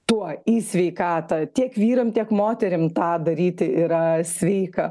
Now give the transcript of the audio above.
tuo į sveikatą tiek vyram tiek moterim tą daryti yra sveika